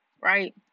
Right